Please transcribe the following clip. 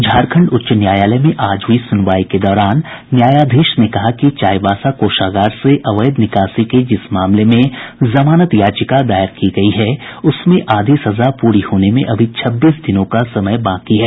झारखंड उच्च न्यायालय में आज हुई सुनवाई के दौरान न्यायाधीश ने कहा कि चाईबासा कोषागार से अवैध निकासी के जिस मामले में जमानत याचिका दायर की गयी है उसमें आधी सजा प्ररी होने में अभी छब्बीस दिनों का समय बाकी है